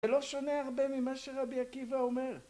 זה לא שונה הרבה ממה שרבי עקיבא אומר